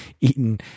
eaten